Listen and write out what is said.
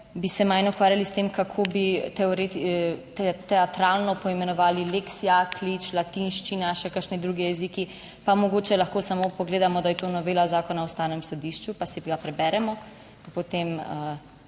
bi se manj ukvarjali s tem, kako bi teatralno poimenovali lex Jaklič, latinščina, še kakšni drugi jeziki, pa mogoče lahko samo pogledamo, da je to novela Zakona o Ustavnem sodišču, pa si jo preberemo in potem poskušamo